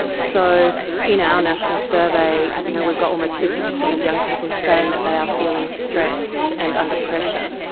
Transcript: so in our national survey you know we've got almost fifty percent of young people saying that they are feeling stressed and under pressure.